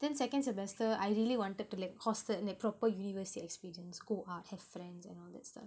then second semester I really wanted to like hostel and like proper university experience in school ah have friends and all that stuff